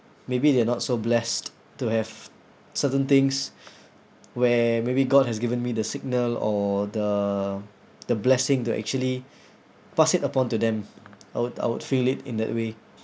maybe they're not so blessed to have certain things where maybe god has given me the signal or the the blessing to actually pass it upon to them I would I would feel it in that way